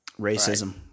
Racism